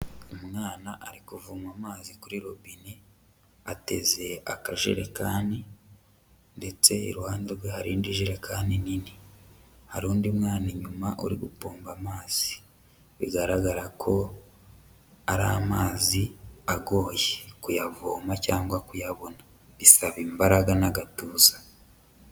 Umwana ari kuvoma amazi kuri robine, ateze akajerekani ndetse iruhande rwe harindi jerekani nini, har'undi mwana inyuma uri gupomba amazi, bigaragara ko ari amazi agoye kuyavoma cyangwa kuyabona bisaba imbaraga n'agatuza.